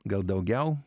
gal daugiau